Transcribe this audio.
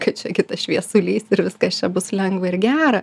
kad čia gi tas šviesulys ir viskas čia bus lengva ir gera